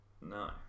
no